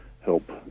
help